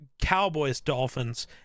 Cowboys-Dolphins